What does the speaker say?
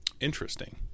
interesting